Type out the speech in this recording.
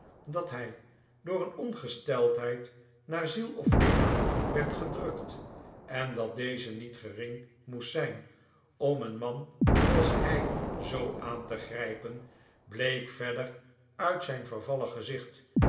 dat hij door een ongesteldheid naar ziel of lichaam werd gedrukt en dat deze niet gering moest zijn om een man als hij zoo aan te grijpen bleek verder uit zijn vervallen gezicht